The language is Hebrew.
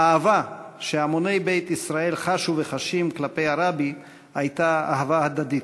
האהבה שהמוני בית ישראל חשו וחשים כלפי הרבי הייתה אהבה הדדית.